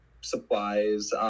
supplies